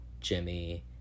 Jimmy